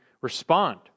respond